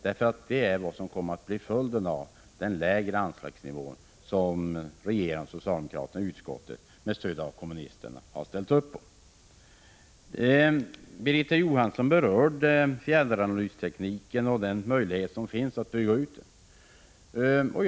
Det är nämligen vad som kommer att bli följden av den lägre anslagsnivå som regeringen och socialdemokraterna i utskottet med stöd av kommunisterna har ställt upp. Birgitta Johansson berörde fjärranalystekniken och den möjlighet som finns att bygga ut denna.